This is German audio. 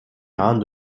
jahren